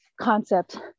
concept